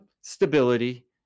stability